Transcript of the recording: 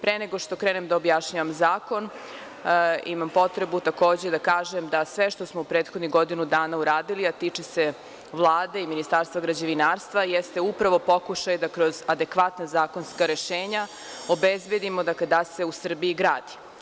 Pre nego što krenem da objašnjavam zakon, imam potrebu takođe da kažem da sve što smo prethodnih godinu dana uradili, a tiče se Vlade i Ministarstva građevinarstva, jeste upravo pokušaj da kroz adekvatna zakonska rešenja obezbedimo da se u Srbiji gradi.